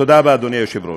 תודה רבה, אדוני היושב-ראש.